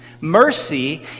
Mercy